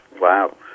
Wow